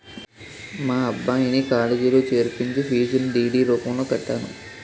మా అబ్బాయిని కాలేజీలో చేర్పించి ఫీజును డి.డి రూపంలో కట్టాను